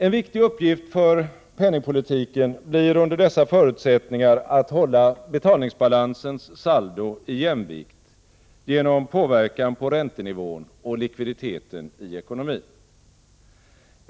En viktig uppgift för penningpolitiken blir under dessa förutsättningar att hålla betalningsbalansens saldo i jämvikt genom påverkan på räntenivån och likviditeten i ekonomin.